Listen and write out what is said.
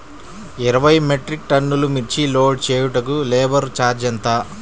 ఇరవై మెట్రిక్ టన్నులు మిర్చి లోడ్ చేయుటకు లేబర్ ఛార్జ్ ఎంత?